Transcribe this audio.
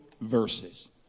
verses